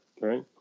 right